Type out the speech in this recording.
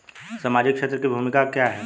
सामाजिक क्षेत्र की भूमिका क्या है?